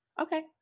Okay